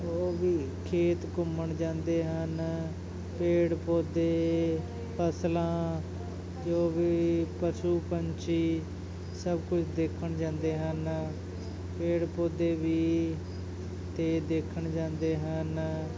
ਉਹ ਵੀ ਖੇਤ ਘੁੰਮਣ ਜਾਂਦੇ ਹਨ ਪੇੜ ਪੌਦੇ ਫ਼ਸਲਾਂ ਜੋ ਵੀ ਪਸ਼ੂ ਪੰਛੀ ਸਭ ਕੁਝ ਦੇਖਣ ਜਾਂਦੇ ਹਨ ਪੇੜ ਪੌਦੇ ਵੀ ਤਾਂ ਦੇਖਣ ਜਾਂਦੇ ਹਨ